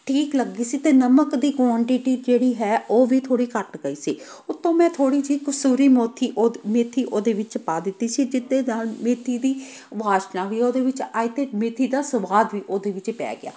ਠੀਕ ਲੱਗੀ ਸੀ ਅਤੇ ਨਮਕ ਦੀ ਕੁਆਂਟਿਟੀ ਜਿਹੜੀ ਹੈ ਉਹ ਵੀ ਥੋੜ੍ਹੀ ਘੱਟ ਗਈ ਸੀ ਉੱਤੋਂ ਮੈਂ ਥੋੜ੍ਹੀ ਜਿਹੀ ਕਸੂਰੀ ਮੌਥੀ ਉਦੇ ਮੇਥੀ ਉਹਦੇ ਵਿੱਚ ਪਾ ਦਿੱਤੀ ਸੀ ਜਿਹਦੇ ਨਾਲ ਮੇਥੀ ਦੀ ਵਾਸ਼ਨਾ ਵੀ ਉਹਦੇ ਵਿੱਚ ਆਈ ਅਤੇ ਮੇਥੀ ਦਾ ਸੁਆਦ ਵੀ ਉਹਦੇ ਵਿੱਚ ਪੈ ਗਿਆ